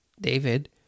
David